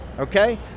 Okay